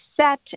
set